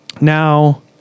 Now